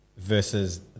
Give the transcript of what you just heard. Versus